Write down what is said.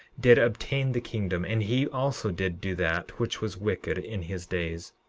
did obtain the kingdom and he also did do that which was wicked in his days.